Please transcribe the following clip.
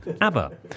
Abba